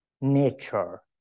nature